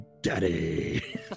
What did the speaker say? daddy